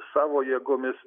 savo jėgomis